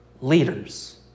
leaders